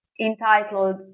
entitled